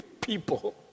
people